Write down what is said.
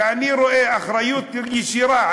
אני רואה אחריות ישירה,